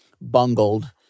bungled